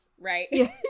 right